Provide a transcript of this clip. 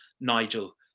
Nigel